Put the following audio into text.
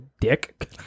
dick